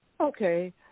Okay